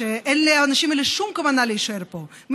על מנת לאפשר את השלמת הליכי חקיקתו עד סוף חודש יוני